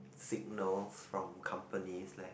signals from companies leh